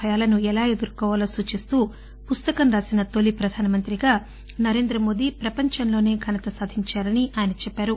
భయాలను ఎలా ఎదుర్కోవాలో సూచిస్తూ పుస్తకం రాసిన తొలి ప్రధానమంత్రిగా నరేంద్రమోదీ ప్రపంచంలోనే ఘనత సాధించారని ఆయన చెప్పారు